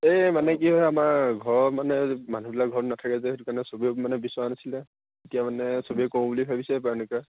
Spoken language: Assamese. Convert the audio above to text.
এই মানে কি হয় আমাৰ ঘৰৰ মানে মানুহবিলাক ঘৰত নাথাকে যে সেইটো কাৰণে চবেই মানে বিচৰা নাছিলে এতিয়া মানে চবেই কৰোঁ বুলি ভাবিছে এইবাৰ এনেকুৱা